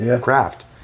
craft